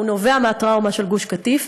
נובע מהטראומה של גוש-קטיף,